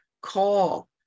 call